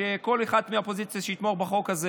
לכל אחד מהאופוזיציה שיתמוך בחוק הזה